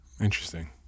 Interesting